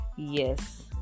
yes